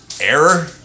Error